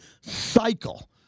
cycle